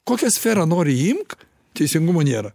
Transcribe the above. kokią sferą nori imk teisingumo nėra